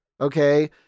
okay